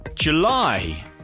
july